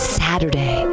saturday